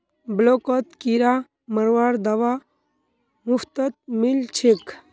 ब्लॉकत किरा मरवार दवा मुफ्तत मिल छेक